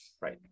right